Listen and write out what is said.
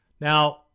Now